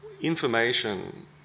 information